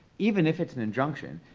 even if it's an injunction,